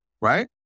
right